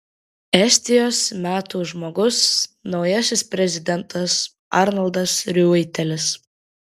estijos metų žmogus naujasis prezidentas arnoldas riuitelis